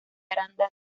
aranda